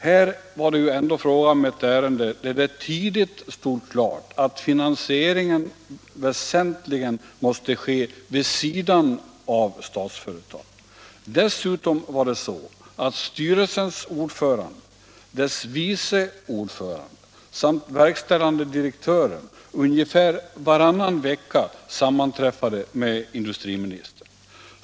Här var det ju ändå fråga om ett ärende, där det tidigt stod klart att finansieringen väsentligen måste ske vid sidan av Statsföretag. Dessutom var det så att styrelsens ordförande, dess vice ordförande samt verkställande direktören ungefär varannan vecka sammanträffade med industriministern.